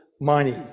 money